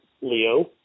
Leo